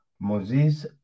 Moses